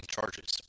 charges